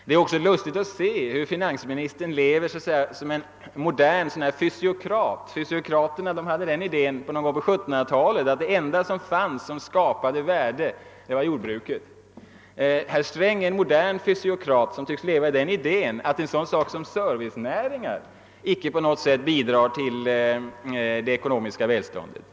Det är också lustigt att notera hur finansministern talar som en modern fysiokrat. Fysiokraterna någon gång på 1700-talet hade den inställningen att det enda som skapade värde var jordbruket. Herr Sträng är en modern fysiokrat som tycks leva i den föreställningen att servicenäringarna icke på något sätt bidrar till det ekonomiska välståndet.